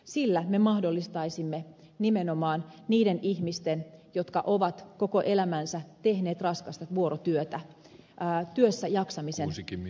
sillä me mahdollistaisimme nimenomaan niiden ihmisten jotka ovat koko elämänsä tehneet rakasta vuorotyötä työssäjaksamisen parantamisen